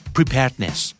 Preparedness